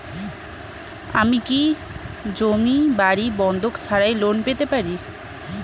আমি কি জমি বাড়ি বন্ধক ছাড়াই লোন পেতে পারি?